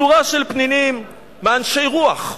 שורה של פנינים מאנשי רוח.